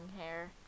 hair